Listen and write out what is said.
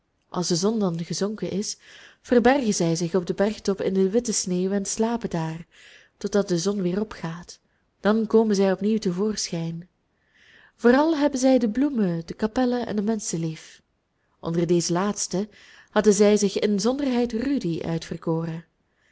als de zon dan gezonken is verbergen zij zich op de bergtoppen in de witte sneeuw en slapen daar totdat de zon weer opgaat dan komen zij op nieuw te voorschijn vooral hebben zij de bloemen de kapellen en de menschen lief en onder deze laatsten hadden zij zich inzonderheid rudy uitverkoren